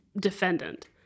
defendant